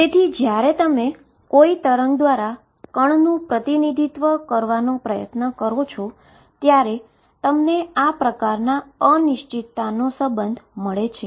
તેથી જ્યારે તમે કોઈ વેવ દ્વારા પાર્ટીકલનું પ્રતિનિધિત્વ કરવાનો પ્રયાસ કરો છો ત્યારે તમને આ પ્રકારના અનસર્ટેનીટી સંબંધ મળે છે